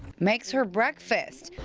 makes her breakfast.